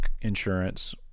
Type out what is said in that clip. insurance